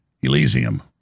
Elysium